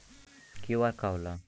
QR का होला?